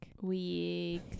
Week